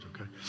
okay